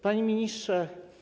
Panie Ministrze!